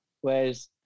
whereas